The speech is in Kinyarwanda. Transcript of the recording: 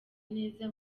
neza